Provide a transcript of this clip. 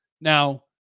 Now